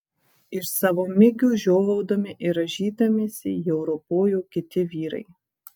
iš savo migių žiovaudami ir rąžydamiesi jau ropojo kiti vyrai